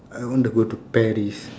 I want to go to Paris